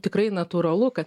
tikrai natūralu ka